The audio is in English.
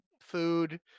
food